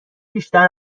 بیشتر